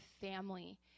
family